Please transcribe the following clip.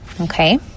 Okay